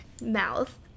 mouth